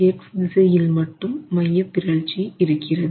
x திசையில் மட்டும் மையப்பிறழ்ச்சி இருக்கிறது